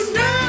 no